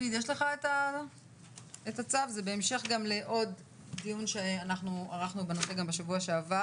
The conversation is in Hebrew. זה בהמשך לעוד דיון שאנחנו ערכנו בנושא גם בשבוע שעבר.